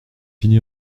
fini